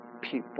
people